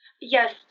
Yes